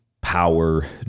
power